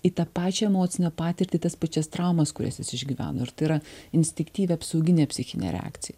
į tą pačią emocinę patirtį tas pačias traumas kurias jis išgyveno ir tai yra instiktyvi apsauginė psichinė reakcija